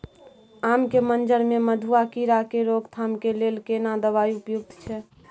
आम के मंजर में मधुआ कीरा के रोकथाम के लेल केना दवाई उपयुक्त छै?